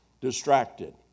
distracted